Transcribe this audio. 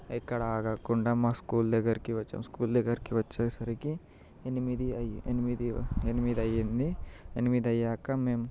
ఎక్కడ ఆగకుండా మా స్కూల్ దగ్గరికి వచ్చాము స్కూల్ దగ్గరికి వచ్చేసరికి ఎనిమిది ఎనిమిది ఎనిమిది అయ్యింది ఎనిమిది అయ్యాక మేము